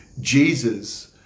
Jesus